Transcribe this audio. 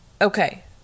okay